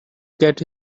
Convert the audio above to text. get